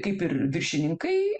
kaip ir viršininkai